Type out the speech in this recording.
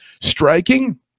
Striking